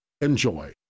Enjoy